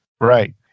Right